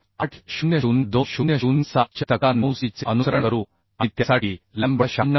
800 2007 च्या तक्ता 9 सी चे अनुसरण करू आणि त्यासाठी लॅम्बडा 96